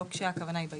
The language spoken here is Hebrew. לא כשהכוונה הייתה אישור.